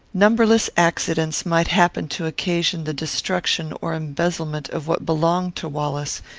numberless accidents might happen to occasion the destruction or embezzlement of what belonged to wallace,